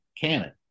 canon